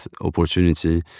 opportunity